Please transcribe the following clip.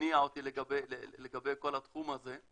שהניע אותי לגבי כל התחום הזה.